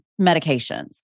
medications